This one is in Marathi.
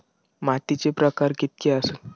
मातीचे प्रकार कितके आसत?